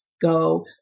go